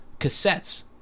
Cassettes